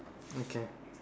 okay